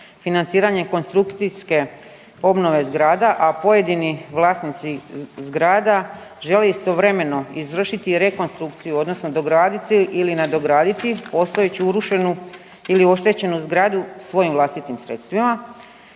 financiranje konstrukcijske obnove zgrada, a pojedini vlasnici zgrada žele istovremeno izvršiti rekonstrukciju, odnosno dograditi ili nadograditi postojeću urušenu ili oštećenu zgradu svojim vlastitim sredstvima.